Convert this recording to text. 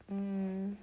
mm